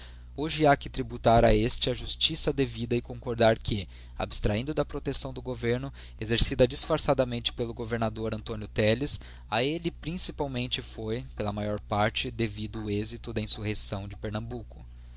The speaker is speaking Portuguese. hoje ha que tributar a este a justiça devida e concordar que abstrahindo da protecção do governo exercida désfaiçadamente pelo governador antónio telles a elle principalmente foi pela maior parte devido o êxito da insurreição de pernambuco